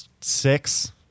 six